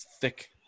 thick